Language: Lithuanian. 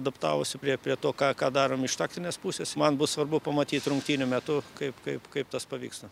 adaptavosi prie prie to ką ką darom iš taktinės pusės man bus svarbu pamatyt rungtynių metu kaip kaip kaip tas pavyksta